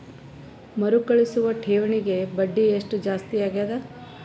ಮರುಕಳಿಸುವ ಠೇವಣಿಗೆ ಬಡ್ಡಿ ಎಷ್ಟ ಜಾಸ್ತಿ ಆಗೆದ?